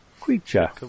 creature